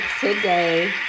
today